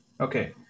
Okay